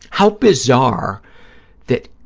how bizarre that